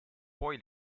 poi